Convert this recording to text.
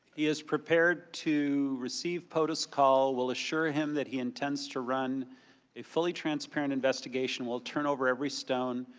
he is prepared to receive potus' call. will assure him that he intends to run a fully transparent investigation and will turn over every stone.